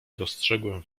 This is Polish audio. dostrzegłem